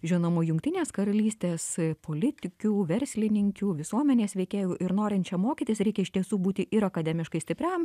žinomų jungtinės karalystės politikių verslininkių visuomenės veikėjų ir norint čia mokytis reikia iš tiesų būti ir akademiškai stipriam